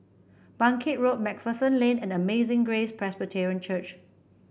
Bangkit Road MacPherson Lane and Amazing Grace Presbyterian Church